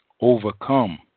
overcome